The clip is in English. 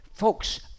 Folks